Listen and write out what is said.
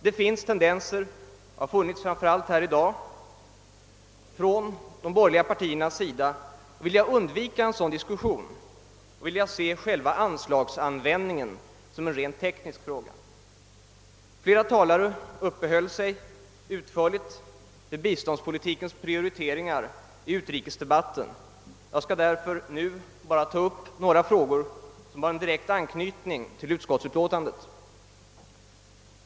Det finns tendenser — vilket särskilt framkommit här i dag — från de borgerliga partierna att vilja undvika en sådan diskussion och att vilja se anslagsanvändningen som en rent teknisk fråga. Flera talare uppehöll sig utförligt vid biståndspolitikens prioritering under utrikesdebatten. Jag skall därför nu bara ta upp några frågor som har direkt anknytning till statsutskottets utlåtande i förevarande ärende.